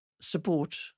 support